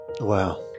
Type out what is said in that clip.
Wow